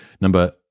number